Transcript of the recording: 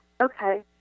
okay